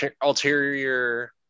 ulterior